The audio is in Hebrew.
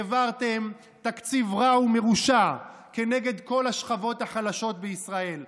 העברתם תקציב רע ומרושע כנגד כל השכבות החלשות בישראל.